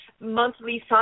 monthly